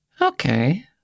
Okay